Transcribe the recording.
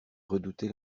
redouter